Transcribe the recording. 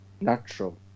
natural